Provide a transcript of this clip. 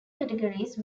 categories